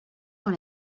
dans